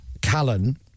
Callan